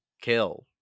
kill